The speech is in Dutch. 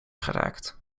geraakt